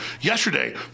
yesterday